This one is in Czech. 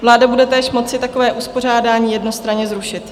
Vláda bude též moci takové uspořádání jednostranně zrušit.